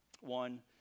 one